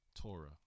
Torah